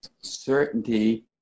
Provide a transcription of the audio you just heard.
Certainty